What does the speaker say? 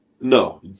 No